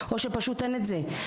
או שפשוט אין את זה.